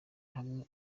hamwe